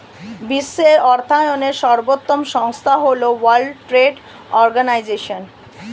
বিশ্বের অর্থায়নের সর্বোত্তম সংস্থা হল ওয়ার্ল্ড ট্রেড অর্গানাইজশন